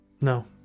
No